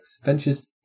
Ventures